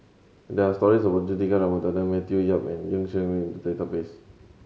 there are stories about Juthika Ramanathan Matthew Yap and Ng Yi Sheng in the database